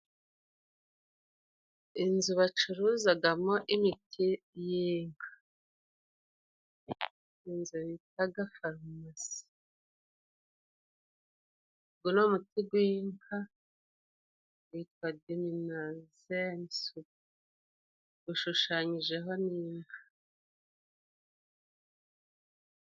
Inzu bacuruzagamo imiti y'inka, inzu bitaga farumasi. Ugo ni umuti g'inka witwa dimina sensu, ushushanyijeho n'inka.